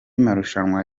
marushanwa